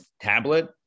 Tablet